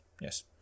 Yes